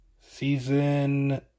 Season